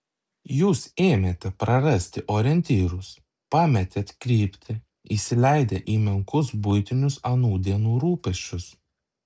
jūs ėmėte prarasti orientyrus pametėt kryptį įsileidę į menkus buitinius anų dienų rūpesčius